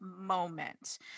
moment